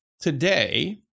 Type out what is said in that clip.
Today